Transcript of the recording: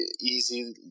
easy